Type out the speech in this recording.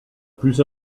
plus